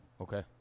Okay